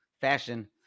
fashion